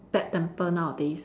bad tempered nowadays